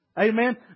Amen